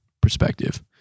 perspective